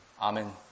Amen